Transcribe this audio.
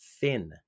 thin